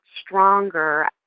stronger